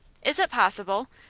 is it possible?